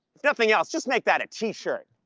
if nothing else, just make that a t-shirt.